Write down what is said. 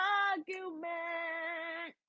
argument